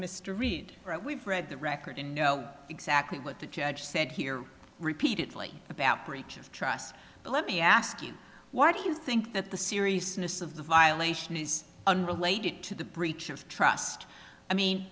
mr reed we've read the record and know exactly what the judge said here repeatedly about breach of trust but let me ask you why do you think that the seriousness of the violation is unrelated to the breach of trust i mean